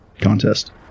contest